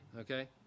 Okay